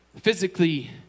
Physically